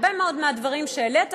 הרבה מאוד מהדברים שהעלית,